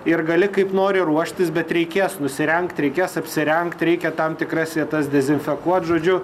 ir gali kaip nori ruoštis bet reikės nusirengt reikės apsirengt reikia tam tikras vietas dezinfekuot žodžiu